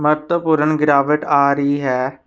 ਮਹੱਤਵਪੂਰਨ ਗਿਰਾਵਟ ਆ ਰਹੀ ਹੈ